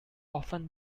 often